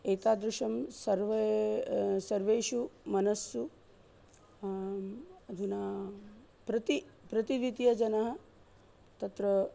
एतादृशं सर्वे सर्वेषु मनस्सु अधुना प्रति प्रतिद्वितीयजनः तत्र